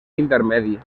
intermedi